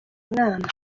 inama